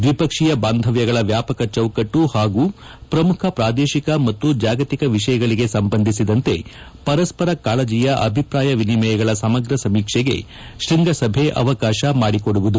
ದ್ವಿಪಕ್ಷೀಯ ಬಾಂಧವ್ವಗಳ ವ್ಯಾಪಕ ಚೌಕಟ್ಟು ಹಾಗೂ ಪ್ರಮುಖ ಪ್ರಾದೇಶಿಕ ಮತ್ತು ಜಾಗತಿಕ ವಿಷಯಗಳಗೆ ಸಂಬಂಧಿಸಿದಂತೆ ಪರಸ್ಪರ ಕಾಳಜಿಯ ಅಭಿಪ್ರಾಯ ವಿನಿಮಯಗಳ ಸಮಗ್ರ ಸಮೀಕ್ಷೆಗೆ ಶೃಂಗಸಭೆ ಅವಕಾಶ ಮಾಡಿಕೊಡುವುದು